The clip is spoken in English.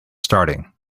starting